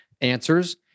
answers